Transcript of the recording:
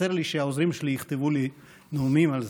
וחסר לי שהעוזרים שלי יכתבו לי נאומים על זה.